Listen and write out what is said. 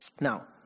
Now